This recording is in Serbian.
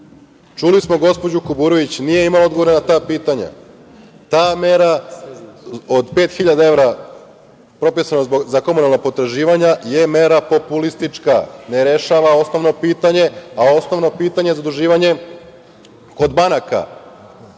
smo gospođu Kuburović, nije imala odgovore na ta pitanja. Ta mera od pet hiljada evra, propisana za komunalna potraživanja, je mera populistička. Ne rešava osnovno pitanje, a osnovno pitanje je zaduživanje kod banaka. Kada